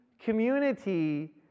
Community